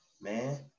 Man